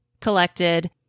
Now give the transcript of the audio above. collected